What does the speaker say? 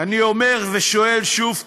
אני אומר ושואל שוב: